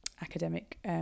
academic